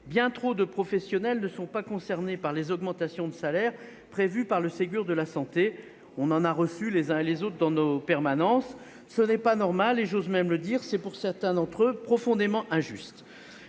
Bien trop de professionnels ne sont pas concernés par les augmentations de salaire prévues par le Ségur de la santé- nous les avons reçus, les uns et les autres, dans nos permanences. Ce n'est pas normal et c'est même, pour certains d'entre eux, profondément injuste.